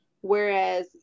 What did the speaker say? whereas